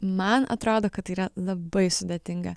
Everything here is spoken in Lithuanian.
man atrodo kad tai yra labai sudėtinga